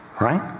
right